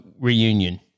Reunion